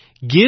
Give